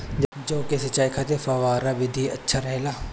जौ के सिंचाई खातिर फव्वारा विधि अच्छा रहेला?